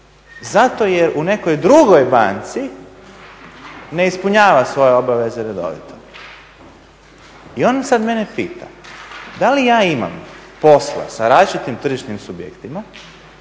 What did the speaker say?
zato jer u nekoj drugoj banci ne ispunjava svoje obaveze redovito. I ona sad mene pita da li ja imam posla sa različitim tržišnim subjektima